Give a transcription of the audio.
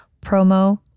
promo